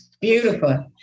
Beautiful